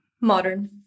Modern